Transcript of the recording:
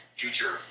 future